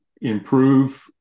improve